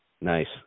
Nice